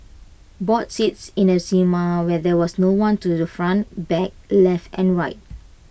bought seats in the cinema where there was no one to the front back left and right